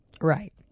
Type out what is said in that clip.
Right